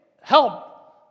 help